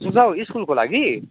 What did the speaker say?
सझाउ स्कुलको लागि